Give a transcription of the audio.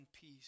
peace